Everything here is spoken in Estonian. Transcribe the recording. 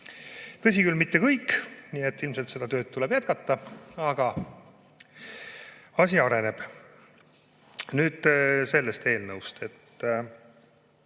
Tõsi küll, mitte kõik, nii et ilmselt seda tööd tuleb jätkata, aga asi areneb. Nüüd sellest eelnõust.